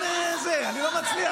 אני לא מצליח.